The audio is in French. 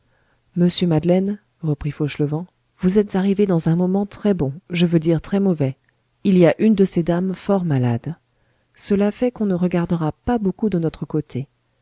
monsieur madeleine reprit fauchelevent vous êtes arrivé dans un moment très bon je veux dire très mauvais il y a une de ces dames fort malade cela fait qu'on ne regardera pas beaucoup de notre côté